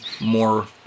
more